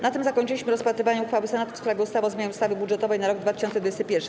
Na tym zakończyliśmy rozpatrywanie uchwały Senatu w sprawie ustawy o zmianie ustawy budżetowej na rok 2021.